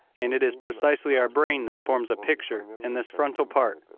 and it is precisely our brain that forms a picture in this frontal part,